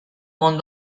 món